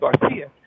Garcia